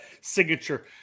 signature